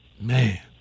Man